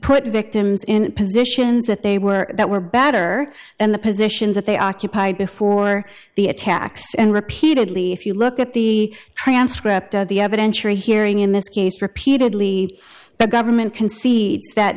put victims in positions that they were that were better than the positions that they occupied before the attacks and repeatedly if you look at the transcript of the evidentiary hearing in this case repeatedly the government concedes that